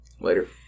Later